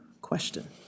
question